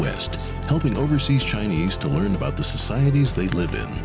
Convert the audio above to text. west helping overseas chinese to learn about the societies they've lived in